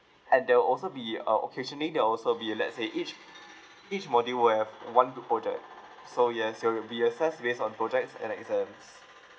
and there will also be uh occasionally there'll also be let's say each each module will have one two project so yes you'll be assessed based on projects and exams